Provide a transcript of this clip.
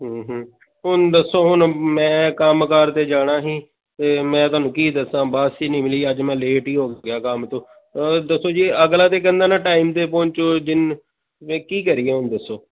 ਹੁਣ ਦੱਸੋ ਹੁਣ ਮੈਂ ਕੰਮ ਕਾਰ 'ਤੇ ਜਾਣਾ ਸੀ ਅਤੇ ਮੈਂ ਤੁਹਾਨੂੰ ਕੀ ਦੱਸਾਂ ਬੱਸ ਹੀ ਨਹੀਂ ਮਿਲੀ ਅੱਜ ਮੈਂ ਲੇਟ ਹੀ ਹੋ ਗਿਆ ਕੰਮ ਤੋਂ ਦੱਸੋ ਜੀ ਅਗਲਾ ਤਾਂ ਕਹਿੰਦਾ ਨਾ ਟਾਈਮ 'ਤੇ ਪਹੁੰਚੋ ਜਿਨ ਵੇ ਕੀ ਕਰੀਏ ਹੁਣ ਦੱਸੋ